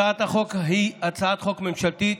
הצעת החוק היא הצעת חוק ממשלתית,